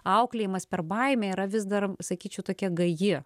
auklėjimas per baimę yra vis dar sakyčiau tokia gaji